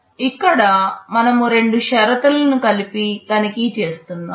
ఇక్కడ మనము రెండు షరతులను కలిపి తనిఖీ చేస్తున్నాము